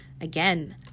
again